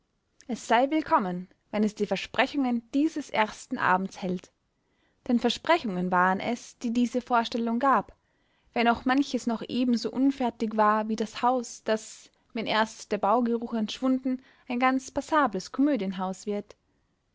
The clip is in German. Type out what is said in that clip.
es sei willkommen wenn es die versprechungen dieses ersten abends hält denn versprechungen waren es die diese vorstellung gab wenn auch manches noch ebenso unfertig war wie das haus das wenn erst der baugeruch entschwunden ein ganz passables komödienhaus wird